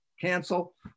cancel